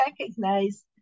recognize